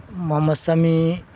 Muhammad Sami